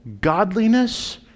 godliness